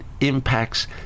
impacts